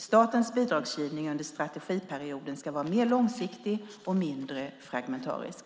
Statens bidragsgivning under strategiperioden ska vara mer långsiktig och mindre fragmentarisk.